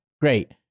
Great